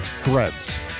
Threads